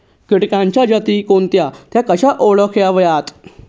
किटकांच्या जाती कोणत्या? त्या कशा ओळखाव्यात?